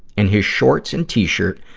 in his shorts and t-shirt,